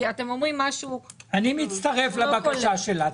אני מצטרף לבקשה שלה.